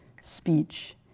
speech